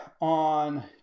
on